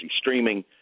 streaming